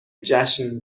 جشن